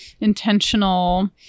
intentional